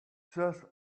trust